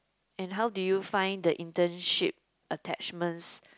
and how do you find the internship attachments